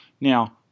Now